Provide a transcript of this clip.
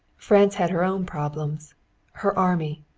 france had her own problems her army,